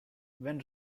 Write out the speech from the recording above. when